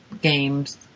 games